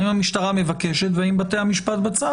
האם המשטרה מבקשת והאם בתי המשפט בצו